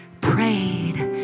prayed